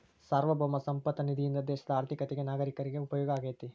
ಸಾರ್ವಭೌಮ ಸಂಪತ್ತ ನಿಧಿಯಿಂದ ದೇಶದ ಆರ್ಥಿಕತೆಗ ನಾಗರೇಕರಿಗ ಉಪಯೋಗ ಆಗತೈತಿ